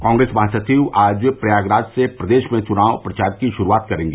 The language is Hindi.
कांग्रेस महासचिव आज प्रयागराज से प्रदेश में चुनाव प्रचार की शुरूआत करेंगी